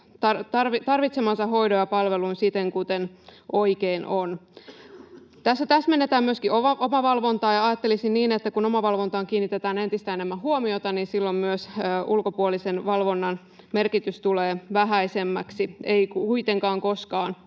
tarvitsemansa hoidon ja palvelun siten kuin oikein on. Tässä täsmennetään myöskin omavalvontaa, ja ajattelisin, että kun omavalvontaan kiinnitetään entistä enemmän huomiota, niin silloin myös ulkopuolisen valvonnan merkitys tulee vähäisemmäksi — ei kuitenkaan koskaan